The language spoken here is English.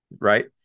right